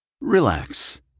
Relax